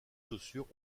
chaussures